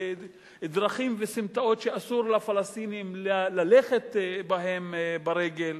ודרכים וסמטאות שאסור לפלסטינים ללכת בהן ברגל,